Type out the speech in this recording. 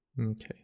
Okay